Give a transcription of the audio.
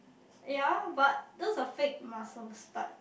ya but those are fake muscles but